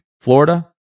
Florida